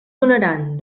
donaran